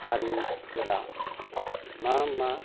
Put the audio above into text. हारिफोरा मा मा